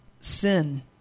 sin